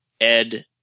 Ed